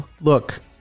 Look